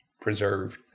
preserved